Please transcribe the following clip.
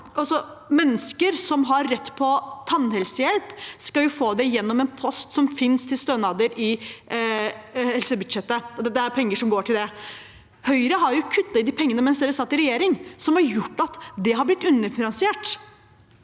Mennesker som har rett på tannhelsehjelp, skal få det gjennom en post som finnes til stønader i helsebudsjettet. Det er penger som går til det. Høyre kuttet i de pengene da de satt i regjering, som har gjort at det har blitt underfinansiert,